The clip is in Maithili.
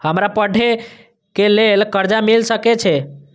हमरा पढ़े के लेल कर्जा मिल सके छे?